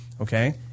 okay